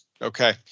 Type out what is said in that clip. Okay